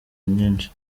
nyinshi